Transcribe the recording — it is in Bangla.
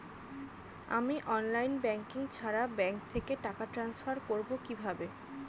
আমি অনলাইন ব্যাংকিং ছাড়া ব্যাংক থেকে টাকা ট্রান্সফার করবো কিভাবে?